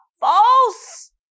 false